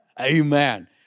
Amen